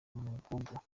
umugogo